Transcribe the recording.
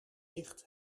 dicht